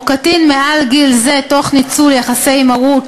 או קטין מעל גיל זה תוך ניצול יחסי מרות,